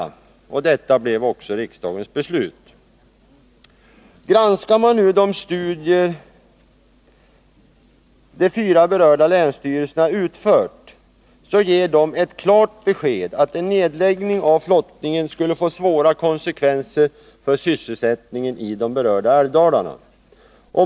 Detta blev också riksdagens beslut. Granskar man nu de studier som de fyra berörda länsstyrelserna utfört, så ger de ett klart besked om att en nedläggning av flottningen skulle få svåra konsekvenser för sysselsättningen i älvdalarna.